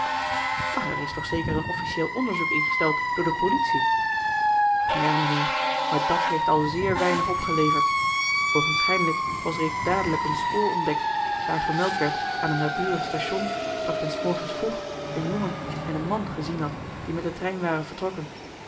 er is toch zeker een officieel onderzoek ingesteld door de politie ja mijnheer maar dat heeft al zeer weinig opgeleverd oogenschijnlijk was reeds dadelijk een spoor ontdekt daar gemeld werd aan een naburig station dat men s morgens vroeg een jongen en een man gezien had die met den trein waren vertrokken